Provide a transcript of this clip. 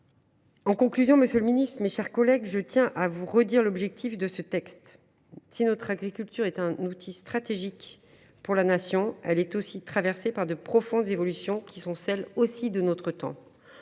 En conclusion, monsieur le ministre, mes chers collègues, je tiens à vous redire l’objectif de ce texte. Si notre agriculture constitue un atout stratégique pour la Nation, elle est aussi traversée par de profondes évolutions, qui sont celles de notre temps.